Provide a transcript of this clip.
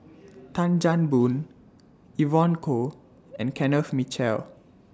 Tan Chan Boon Evon Kow and Kenneth Mitchell